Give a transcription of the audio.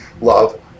love